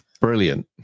Brilliant